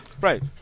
Right